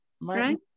right